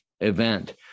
event